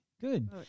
good